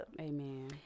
amen